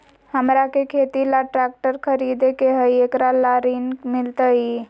हमरा के खेती ला ट्रैक्टर खरीदे के हई, एकरा ला ऋण मिलतई?